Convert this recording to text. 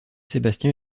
sébastien